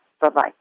Bye-bye